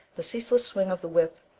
the ceaseless swing of the whip,